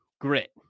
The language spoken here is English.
grit